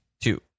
Two